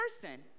person